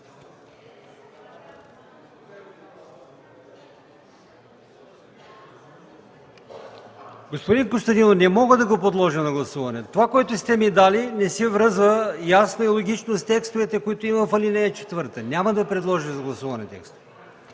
Господин Теохаров, не мога да го подложа на гласуване. Това, което сте ми дали, не се връзва ясно и логично с текстовете, които има в ал. 4. Няма да подложа на гласуване текста.